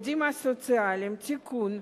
אני מזמין להצעת חוק העובדים הסוציאליים (תיקון,